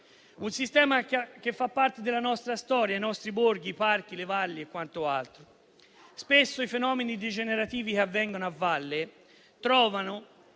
un sistema che fa parte della nostra storia, come i nostri borghi, i parchi, le valli e quant'altro. Spesso i fenomeni degenerativi che avvengono a valle trovano